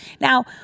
Now